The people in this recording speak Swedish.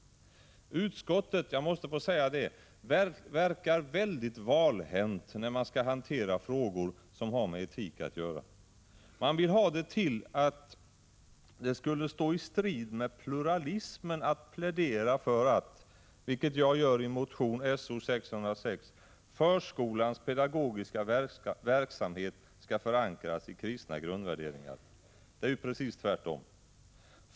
Utskottet — jag måste få säga det — verkar väldigt valhänt när man skall hantera frågor som har med etik att göra. Man vill ha det till att det skulle stå i strid med pluralismen att plädera för att, vilket jag gör i motion §0606, förskolans pedagogiska verksamhet skall förankras i kristna grundvärderingar. Det är ju precis tvärtom!